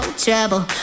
trouble